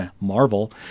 marvel